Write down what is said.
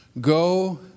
go